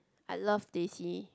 I love teh C